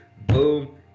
boom